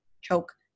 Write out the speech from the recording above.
choke